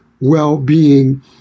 well-being